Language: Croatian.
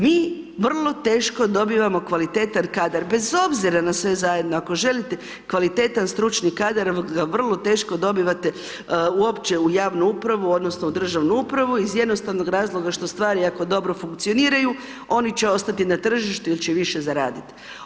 Mi vrlo teško dobivamo kvalitetan kadar, bez obzira na sve zajedno ako želite, kvalitetan stručni kadar vrlo teško dobivate uopće u javnu upravu odnosno u državnu upravu iz jednostavnog razloga što stvari ako dobro funkcioniraju, oni će ostati na tržištu il će više zaraditi.